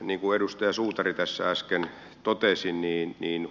niin kuin edustaja suutari tässä äsken totesi